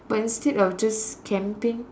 but instead of just camping